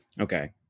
Okay